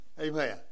Amen